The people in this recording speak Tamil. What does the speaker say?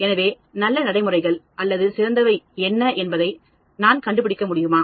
எனவே நல்ல நடைமுறைகள் அல்லது சிறந்தவை என்ன என்பதை நான் கண்டுபிடிக்க முடியுமா